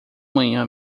manhã